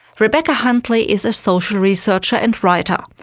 rebecca huntley is a social researcher and writer.